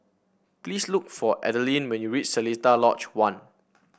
please look for Adilene when you reach Seletar Lodge One